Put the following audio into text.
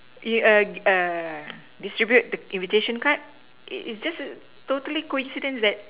y~ err err distribute the invitation card it just totally coincidence that